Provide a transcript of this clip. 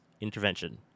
intervention